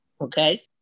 okay